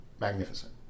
magnificent